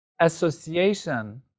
association